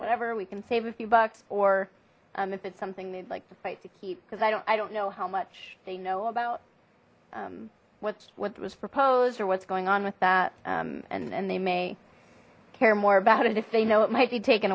whatever we can save a few bucks or if it's something they'd like to fight to keep because i don't i don't know how much they know about what's what was proposed or what's going on with that and and they may care more about it if they know it might be taken